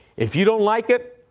if you don't like it,